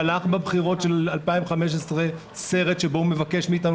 בבחירות של 2015 הוא שלח סרט שבו הוא מבקש מאיתנו